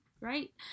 Right